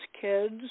kids